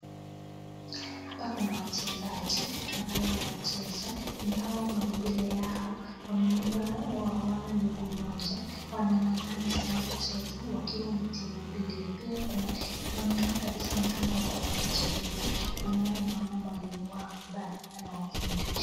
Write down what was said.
Hapa kuna wachezaji ambayo wanacheza ingawa maumbile yao wameumbwa hawana miguu moja. Wanangangana sana kucheza wakiwa ni timu mbili. Pia kuna inaonekana kabisa ni kama wako kwa mazoezi kwa maana naona mwalimu wao ambaye anawafundisha.